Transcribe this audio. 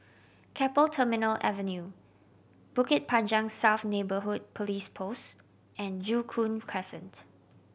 Keppel Terminal Avenue Bukit Panjang South Neighbourhood Police Post and Joo Koon Crescent